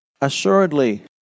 Assuredly